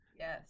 Yes